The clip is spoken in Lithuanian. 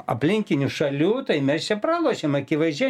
aplinkinių šalių tai mes čia pralošiam akivaizdžiai